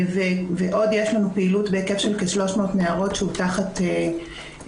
ועוד יש לנו פעילות בהיקף של כ-300 נערות שהוא תחת תמיכה.